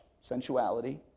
sensuality